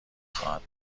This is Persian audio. خواهد